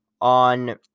on